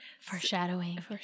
Foreshadowing